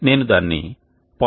నేను దానిని 0